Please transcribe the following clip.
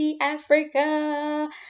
africa